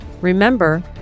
Remember